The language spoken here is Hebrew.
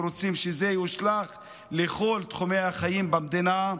ורוצים שזה יושלך על כל תחומי החיים במדינה.